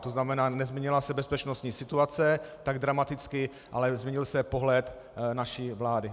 To znamená, nezměnila se bezpečnostní situace tak dramaticky, ale změnil se pohled naší vlády.